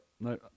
no